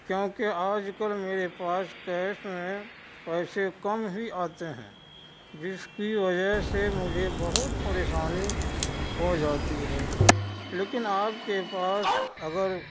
کیوں کہ آج کل میرے پاس کیش میں پیسے کم ہی آتے ہیں جس کی وجہ سے مجھے بہت پریشانی ہو جاتی ہے لیکن آپ کے پاس اگر